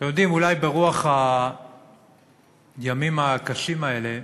אתם יודעים, אולי ברוח הימים הקשים האלה,